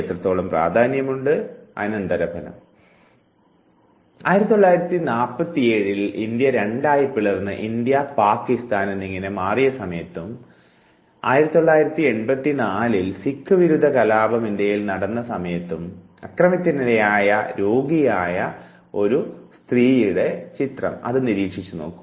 1947 ൽ ഇന്ത്യ രണ്ടായി പിളർന്ന് ഇന്ത്യ പാക്കിസ്ഥാൻ എന്നിങ്ങനെ മാറിയ സമയത്തും 1984 ൽ സിഖ് വിരുദ്ധ കലാപം ഇന്ത്യയിൽ നടന്ന സമയത്തും അക്രമത്തിനിരയായ രോഗിയായ ഈ സ്ത്രീയെ നിരീക്ഷിക്കൂ